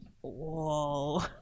Whoa